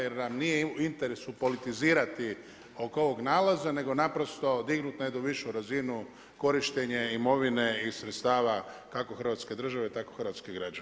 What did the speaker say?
Jer nam nije u interesu politizirati oko ovog nalaza, nego naprosto dignut na jednu višu razinu korištenje imovine i sredstava kako Hrvatske države, tako hrvatskih građana.